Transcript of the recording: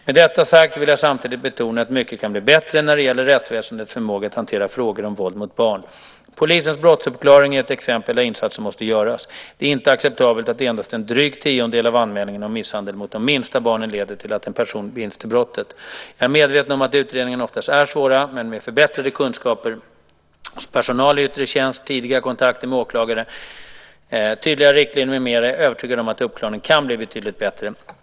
Med detta sagt vill jag samtidigt betona att mycket kan bli bättre när det gäller rättsväsendets förmåga att hantera frågor om våld mot barn. Polisens brottsuppklaring är ett exempel på där insatser måste göras. Det är inte acceptabelt att endast en dryg tiondel av anmälningarna om misshandel mot de minsta barnen leder till att en person binds till brottet. Jag är medveten om att utredningarna oftast är svåra, men med förbättrade kunskaper hos personal i yttre tjänst, tidiga kontakter med åklagare, tydligare riktlinjer med mera är jag övertygad om att uppklaringen kan bli betydligt bättre.